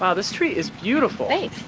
um this tree is beautiful. thanks.